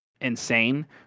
insane